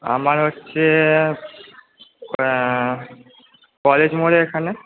আমার হচ্ছে কলেজ মোড়ের এখানে